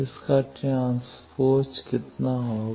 इसका transpose S T कितना होगा